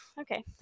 okay